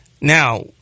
Now